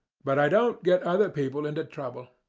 but i don't get other people into trouble.